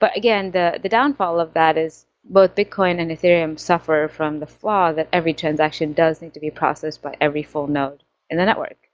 but again, the the downfall of that is both bitcoin and ethereum suffer from the flaw that every transaction does need to be processed by every full node in the network,